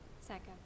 Second